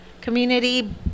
community